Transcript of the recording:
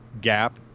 gap